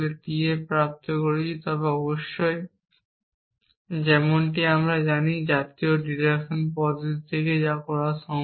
তবে অবশ্যই যেমনটি আমরা জানি জাতীয় ডিডাকশন পদ্ধতি থেকে যা করা সম্ভব